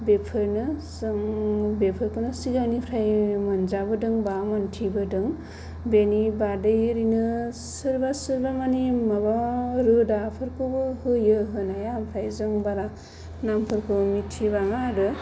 बेफोरनो जों बेफोरखौनो सिगांनिफ्राय मोनजाबोदों बा मोन्थिबोदों बेनि बादै ओरैनो सोरबा सोरबा माने माबा रोदाफोरखौबो होयो होनाया ओमफ्राय जों बारा नामफोरखौ मिन्थिजोबा आरो